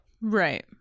Right